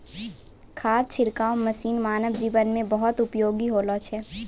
खाद छिड़काव मसीन मानव जीवन म बहुत उपयोगी होलो छै